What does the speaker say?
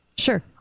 Sure